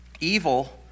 evil